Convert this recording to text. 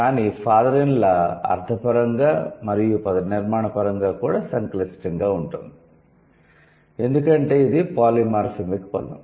కానీ 'father -in -law' అర్థపరంగా మరియు పదనిర్మాణపరంగా కూడా సంక్లిష్టంగా ఉంటుంది ఎందుకంటే ఇది పాలిమార్ఫెమిక్ పదం